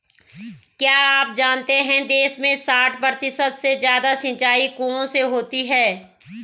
क्या आप जानते है देश में साठ प्रतिशत से ज़्यादा सिंचाई कुओं से होती है?